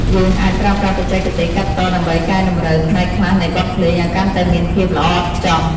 យើងអាចប្រើប្រាស់បច្ចេកទេសកាត់តដើម្បីកែតម្រូវផ្នែកខ្លះនៃបទភ្លេងឱ្យកាន់តែមានភាពល្អឥតខ្ចោះ។